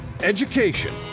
education